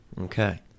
Okay